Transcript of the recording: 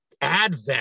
Advent